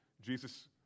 Jesus